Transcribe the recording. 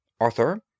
Arthur